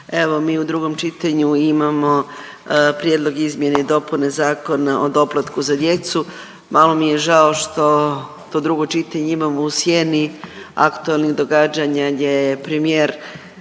evo mi u drugom čitanju imamo Prijedlog izmjena i dopuna Zakona o doplatku za djecu. Malo mi je žao što to drugo čitanje imamo u sjeni aktualnih događanja gdje je premijer